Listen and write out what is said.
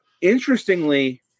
interestingly